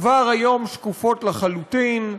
כבר היום שקופות לחלוטין.